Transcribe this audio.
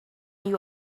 you